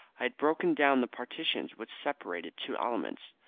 i had broken down the partition which separated two elements.